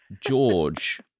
George